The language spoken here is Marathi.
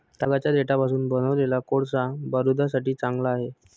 तागाच्या देठापासून बनवलेला कोळसा बारूदासाठी चांगला आहे